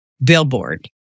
billboard